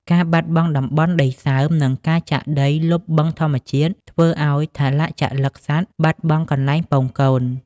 ការបាត់បង់តំបន់ដីសើម និងការចាក់ដីលុបបឹងធម្មជាតិ ធ្វើឱ្យថលជលិកសត្វបាត់បង់កន្លែងពងកូន។